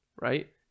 right